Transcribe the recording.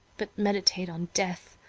but meditate on death,